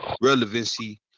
relevancy